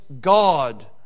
God